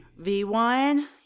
V1